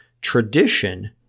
tradition